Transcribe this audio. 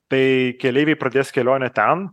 tai keleiviai pradės kelionę ten